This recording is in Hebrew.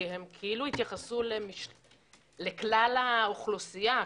כי כאילו התייחסו לכלל האוכלוסייה,